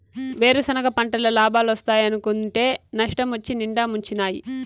వేరుసెనగ పంటల్ల లాబాలోస్తాయనుకుంటే నష్టమొచ్చి నిండా ముంచినాయి